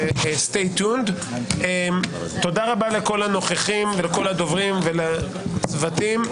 תודה רבה לכל הנוכחים, לכל הדוברים ולצוותים.